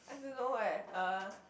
I don't know eh uh